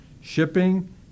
shipping